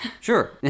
Sure